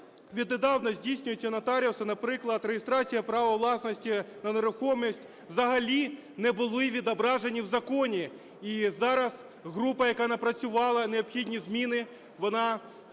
віднедавна здійснюються нотаріусом, наприклад реєстрація права власності на нерухомість, взагалі не були відображені в законі. І зараз група, яка напрацювала необхідні зміни, вона в тому